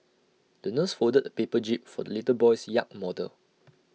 the nurse folded A paper jib for the little boy's yacht model